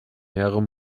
mehrere